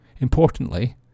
Importantly